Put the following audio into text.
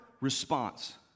response